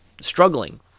struggling